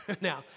Now